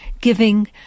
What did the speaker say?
giving